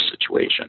situation